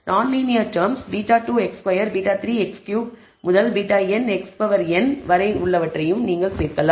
நான் linear terms β2 x2 β3 x3 முதல் βn xn வரை உள்ளவற்றையும் நீங்கள் சேர்க்கலாம்